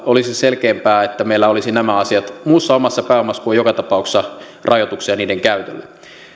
olisi selkeämpää että meillä olisi nämä asiat muussa omassa pääomassa kun on joka tapauksessa rajoituksia niiden käytölle